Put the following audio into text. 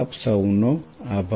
આપ સૌનો આભાર